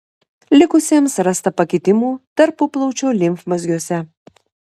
likusiems rasta pakitimų tarpuplaučio limfmazgiuose